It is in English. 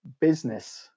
business